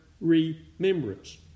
remembrance